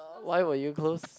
why will you close